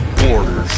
borders